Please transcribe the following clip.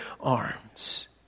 arms